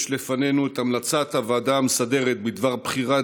יש לפנינו את המלצת הוועדה המסדרת בדבר בחירת